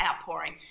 outpouring